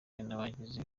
n’abagize